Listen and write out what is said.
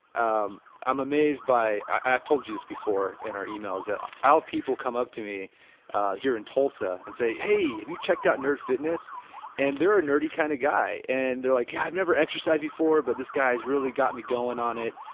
um um amazed by, i have told you this before in our emails that i have people come up to me here in tulsa and say hey if you checked out nerd fitness and there are nerdy kind of guy and they're like yeah i have never exercised before, but this guy has really got me going on it,